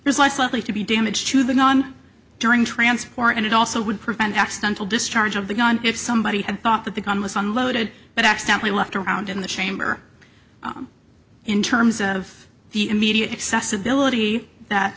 there's less likely to be damage to the non during transport and it also would prevent accidental discharge of the gun if somebody had thought that the congress unloaded but accidentally left around in the chamber in terms of the immediate accessibility that